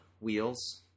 Wheels